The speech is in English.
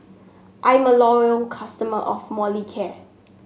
I'm a loyal customer of Molicare